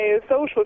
social